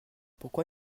pourquoi